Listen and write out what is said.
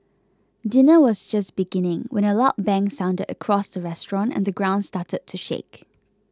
dinner was just beginning when a loud bang sounded across the restaurant and the ground started to shake